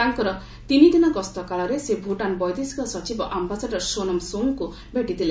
ତାଙ୍କର ତିନି ଦିନ ଗସ୍ତ କାଳରେ ସେ ଭୁଟାନ୍ ବୈଦେଶିକ ସଚିବ ଆମ୍ବାସାଡ଼ର ସୋନମ୍ ସୋଙ୍ଗ୍ଙ୍କୁ ଭେଟିଥିଲେ